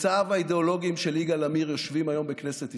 צאצאיו האידיאולוגיים של יגאל עמיר יושבים היום בכנסת ישראל,